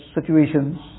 situations